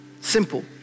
Simple